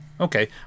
Okay